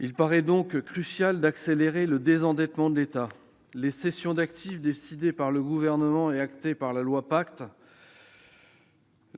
Il paraît crucial d'accélérer le désendettement de l'État. Les cessions d'actifs décidées par le Gouvernement et actées dans le cadre de la loi Pacte